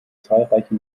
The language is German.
zahlreiche